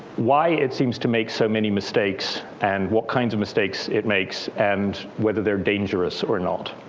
why it seems to make so many mistakes. and what kinds of mistakes it makes. and whether they are dangerous or not.